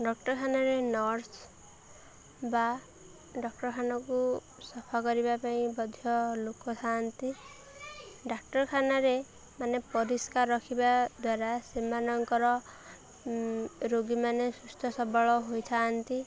ଡାକ୍ତରଖାନାରେ ନର୍ସ ବା ଡାକ୍ତରଖାନାକୁ ସଫା କରିବା ପାଇଁ ମଧ୍ୟ ଲୋକ ଥାଆନ୍ତି ଡାକ୍ତରଖାନାରେ ମାନେ ପରିଷ୍କାର ରଖିବା ଦ୍ୱାରା ସେମାନଙ୍କର ରୋଗୀମାନେ ସୁସ୍ଥସବଳ ହୋଇଥାନ୍ତି